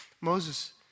Moses